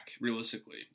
realistically